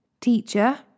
Teacher